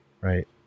Right